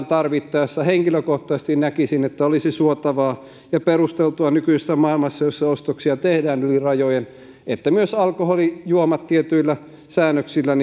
tarvittaessa henkilökohtaisesti näkisin että olisi suotavaa ja perusteltua nykyisessä maailmassa jossa ostoksia tehdään yli rajojen että myös alkoholijuomat tietyillä säännöksillä